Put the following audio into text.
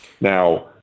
Now